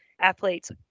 athletes